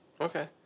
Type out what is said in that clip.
Okay